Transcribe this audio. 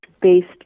based